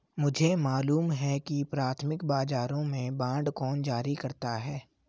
मुझे मालूम है कि प्राथमिक बाजारों में बांड कौन जारी करता है